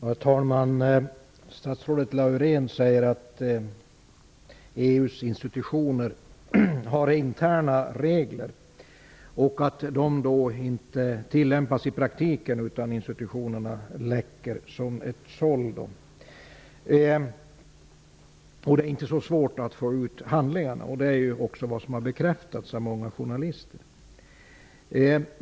Herr talman! Statsrådet Reidunn Laurén säger att man i EU:s institutioner har interna regler och att dessa regler inte tillämpas i praktiken, utan institutionerna läcker som ett såll. Det är alltså inte så svårt att få ut handlingar, vilket också har bekräftats av många journalister.